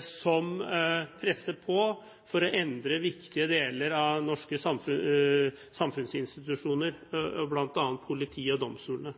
som presser på for å endre viktige deler av norske samfunnsinstitusjoner, bl.a. politi og domstolene.